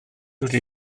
wedi